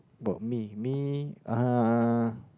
about me me uh